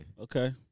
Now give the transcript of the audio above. Okay